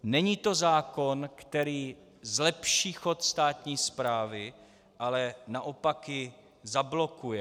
Není to zákon, který zlepší chod státní správy, ale naopak ji zablokuje.